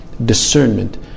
discernment